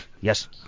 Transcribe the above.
yes